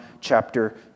chapter